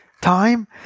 time